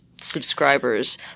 subscribers